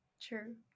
True